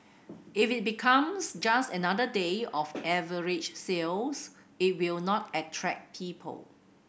if it becomes just another day of average sales it will not attract people